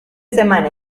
semana